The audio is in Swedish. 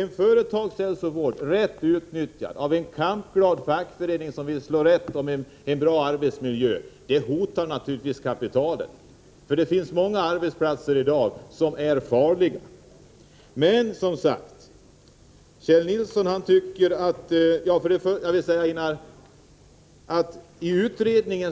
En företagshälsovård, rätt utnyttjad av en kampglad fackförening som vill slå vakt om en bra arbetsmiljö, hotar naturligtvis kapitalet. Det finns ju många arbetsplatser i dag som är farliga. Vi i vpk